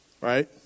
Right